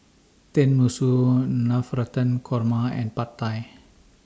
Tenmusu Navratan Korma and Pad Thai